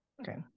Okay